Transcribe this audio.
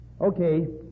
Okay